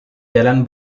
jalan